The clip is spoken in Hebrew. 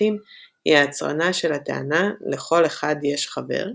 בכמתים היא ההצרנה של הטענה "לכל אחד יש חבר",